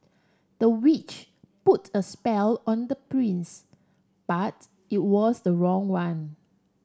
the witch put a spell on the prince but it was the wrong one